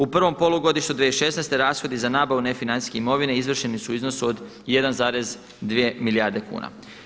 U prvom polugodištu 2016. rashodi za nabavu nefinancijske imovine izvršeni su u iznosu od 1,2 milijarde kuna.